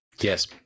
yes